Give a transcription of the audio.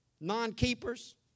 non-keepers